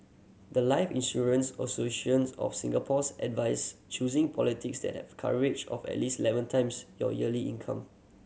the life Insurance Associations of Singapore's advise choosing that have a coverage of at least eleven times your yearly income